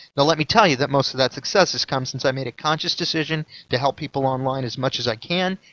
now, let me tell you that most of that success has come since i made a conscious decision to help people online as much as i can,